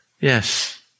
Yes